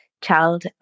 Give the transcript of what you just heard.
child